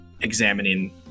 examining